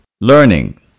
Learning